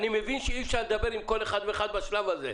אני מבין שאי אפשר לדבר עם כל אחד ואחד בשלב הזה,